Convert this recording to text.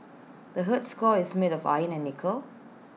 the Earth's core is made of iron and nickel